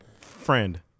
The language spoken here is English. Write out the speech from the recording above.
Friend